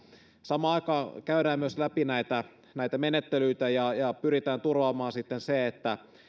samaan aikaan käydään myös läpi näitä näitä menettelyitä ja ja pyritään turvaamaan se